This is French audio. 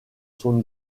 son